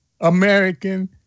American